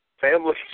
Family